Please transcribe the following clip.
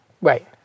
right